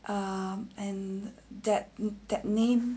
um and that that name